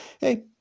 hey